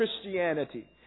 Christianity